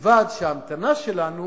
ובלבד שההמתנה שלנו